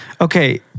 Okay